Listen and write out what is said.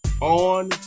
on